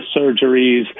surgeries